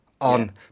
on